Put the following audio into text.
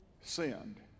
sinned